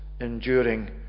enduring